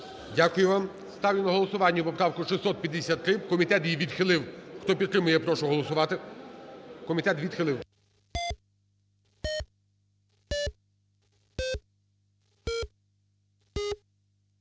Дякую вам. Ставлю на голосування поправку 653. Комітет її відхилив. Хто підтримує, я прошу голосувати. Комітет відхилив.